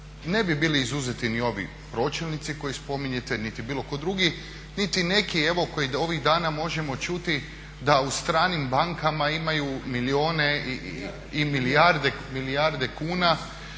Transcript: ne bi bili izuzetni ni ovi pročelnici koje spominjete, niti bilo ko drugi, niti neki evo koji ovih dana možemo čuti da u stranim bankama imaju milijune